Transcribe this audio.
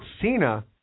Cena